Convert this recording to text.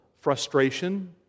frustration